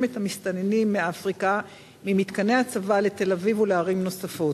את המסתננים מאפריקה ממתקני הצבא לתל-אביב ולערים נוספות.